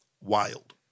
Wild